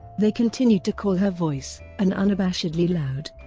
they continued to call her voice an unabashedly loud